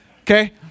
Okay